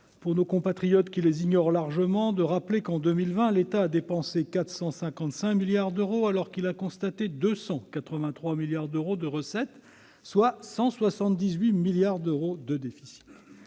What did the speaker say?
pour nos compatriotes qui les ignorent largement, de rappeler que, en 2020, l'État a dépensé 461 milliards d'euros alors qu'il a constaté 283 milliards d'euros de recettes, portant le déficit